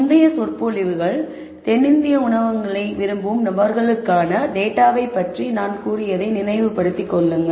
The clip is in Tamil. முந்தைய விரிவுரைகள் தென்னிந்திய உணவகங்களை விரும்பும் நபர்களுக்கான டேட்டாவைப் பற்றி நான் கூறியதை நினைவு படுத்திக்கொள்ளுங்கள்